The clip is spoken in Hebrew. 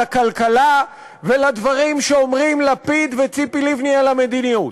הכלכלה ולדברים שאומרים לפיד וציפי לבני על המדיניות,